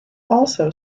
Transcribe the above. also